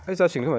ओइ जासिगोनखोमा